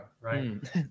right